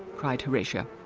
cried horatia.